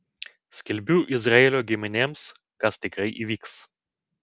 skelbiu izraelio giminėms kas tikrai įvyks